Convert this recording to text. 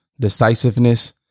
decisiveness